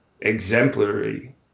exemplary